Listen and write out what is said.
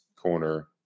corner